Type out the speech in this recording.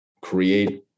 create